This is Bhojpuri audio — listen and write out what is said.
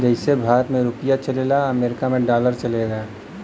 जइसे भारत मे रुपिया चलला अमरीका मे डॉलर चलेला